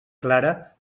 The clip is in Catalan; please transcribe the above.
clara